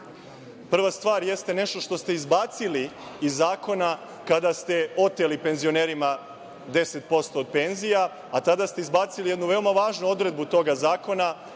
stvar jeste nešto što ste izbacili iz zakona kada ste oteli penzionerima 10% od penzija. Tada ste izbacili jednu veoma važnu odredbu toga zakona,